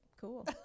cool